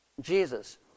Jesus